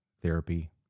therapy